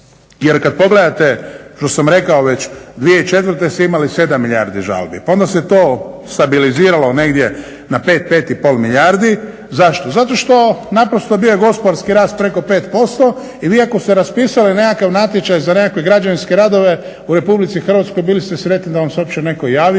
Jer kad pogledate što sam rekao već 2004. ste imali 7 milijardi žalbi pa onda se to stabiliziralo negdje na 5, 5,5 milijardi. Zašto? Zato što naprosto bio je gospodarski rast preko 5% i vi ako ste raspisali nekakav natječaj za nekakve građevinske radove u RH bili ste sretni da vam se uopće netko javio